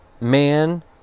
man